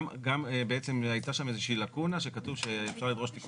גם בעצם הייתה שם איזה לקונה שכתוב שאפשר לדרוש תיקון